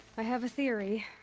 i have a theory.